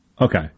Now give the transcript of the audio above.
Okay